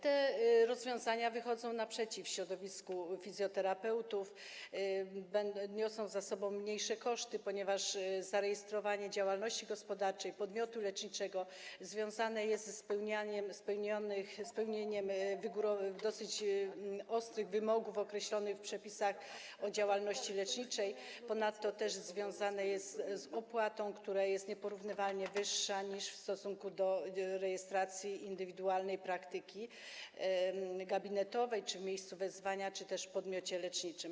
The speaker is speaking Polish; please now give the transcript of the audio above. Te rozwiązania wychodzą naprzeciw oczekiwaniom środowiska fizjoterapeutów, niosą ze sobą mniejsze koszty, ponieważ zarejestrowanie działalności gospodarczej podmiotu leczniczego związane jest ze spełnieniem dosyć ostrych wymogów określonych w przepisach o działalności leczniczej, ponadto też związane jest z opłatą, która jest nieporównywalnie wyższa niż przy rejestracji indywidualnej praktyki gabinetowej czy w miejscu wezwania, czy też w podmiocie leczniczym.